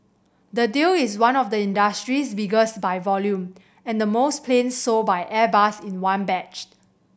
the deal is one of the industry's biggest by volume and the most planes sold by Airbus in one batch